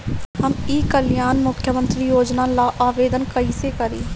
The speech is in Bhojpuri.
हम ई कल्याण मुख्य्मंत्री योजना ला आवेदन कईसे करी?